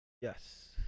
Yes